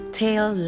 tail